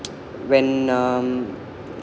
when um